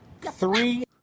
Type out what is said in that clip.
Three